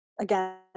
again